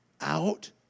out